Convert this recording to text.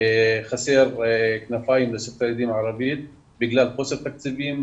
חסרות כנפיים לספרות הילדים הערבית בגלל חוסר בתקציבים.